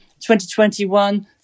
2021